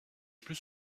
plus